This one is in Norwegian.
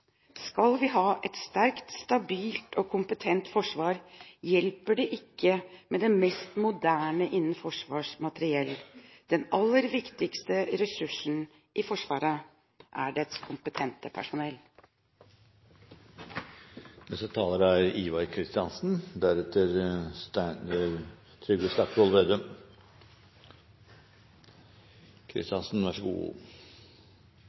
Skal vi ha et sterkt, stabilt og kompetent forsvar, hjelper det ikke med det mest moderne innen forsvarsmateriell. Den aller viktigste ressursen i Forsvaret er dets kompetente personell.